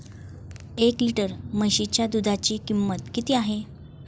एक लिटर म्हशीच्या दुधाची किंमत किती आहे?